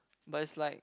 but it's like